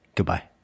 Goodbye